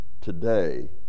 today